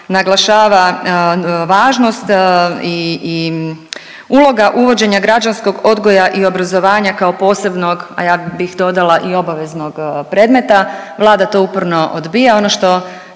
naglašava važnost i uloga uvođenja građanskog odgoja i obrazovanja kao posebnog, a ja bih dodala i obaveznog predmeta, Vlada to uporno odbija. Ono što